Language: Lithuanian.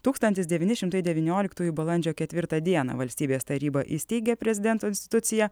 tūkstantis devyni šimtai devynioliktųjų balandžio ketvirtą dieną valstybės taryba įsteigė prezidento instituciją